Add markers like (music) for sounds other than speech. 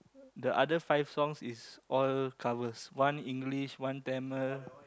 the other five songs is all covers one English one Tamil (noise)